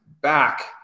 back